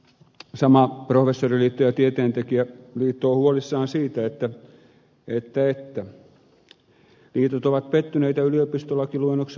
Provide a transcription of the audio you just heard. professoriliitto ja tieteentekijöiden liitto ovat huolissaan ja pettyneitä yliopistolakiluonnoksen lausuntokierrokseen